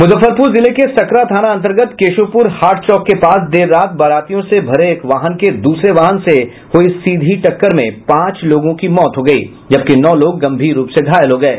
मुजफ्फरपुर जिले के सकरा थाना अंतर्गत केशोपुर हाट चौक के पास देर रात बारातियों से भरे एक वाहन के दूसरे वाहन से हुई सीधी टक्कर में पांच लोगों की मौत हो गयी जबकि नौ लोग गंभीर रूप से घायल हो गये